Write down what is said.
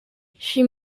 she